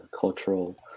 cultural